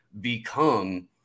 become